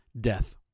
Death